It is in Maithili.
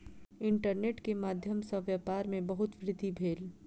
इंटरनेट के माध्यम सॅ व्यापार में बहुत वृद्धि भेल